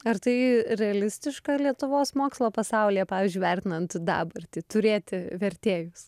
ar tai realistiška lietuvos mokslo pasaulyje pavyzdžiui vertinant dabartį turėti vertėjus